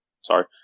sorry